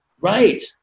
right